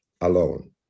alone